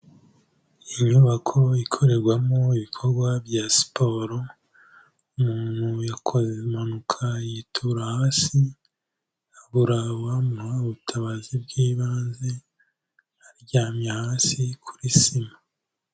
Inyubako ikorerwamo ibikorwa bya siporo, umuntu yakoze impanuka yitura hasi, abura uwamuha ubutabazi bw'ibanze, aryamye hasi kuri sima.